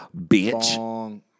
bitch